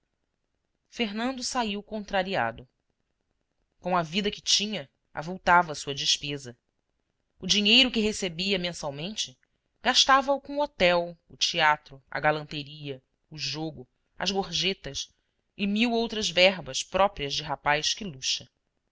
fernando saiu contrariado com a vida que tinha avultava sua despesa o dinheiro que recebia mensalmente gastava o com o hotel o teatro a galanteria o jogo as gorjetas e mil outras verbas próprias de rapaz que luxa